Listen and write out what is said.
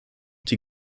die